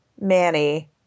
Manny